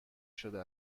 شده